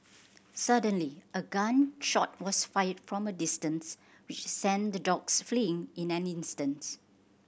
suddenly a gun shot was fired from a distance which sent the dogs fleeing in an instants